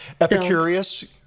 Epicurious